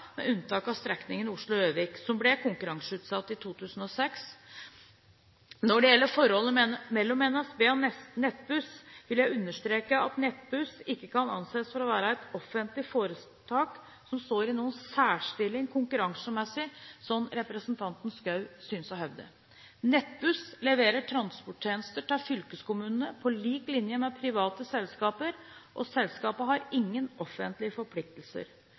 med unntak av strekningen Oslo–Gjøvik, som ble konkurranseutsatt i 2006. Når det gjelder forholdet mellom NSB og Nettbuss, vil jeg understreke at Nettbuss ikke kan anses for å være et offentlig foretak som står i noen særstilling konkurransemessig, slik representanten Schou synes å hevde. Nettbuss leverer transporttjenester til fylkeskommunene på lik linje med private selskaper, og selskapet har ingen offentlige forpliktelser.